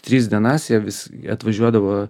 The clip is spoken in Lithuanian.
tris dienas jie vis atvažiuodavo